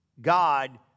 God